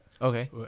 Okay